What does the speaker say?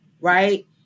Right